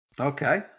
Okay